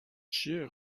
چیه